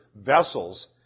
vessels